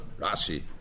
Rashi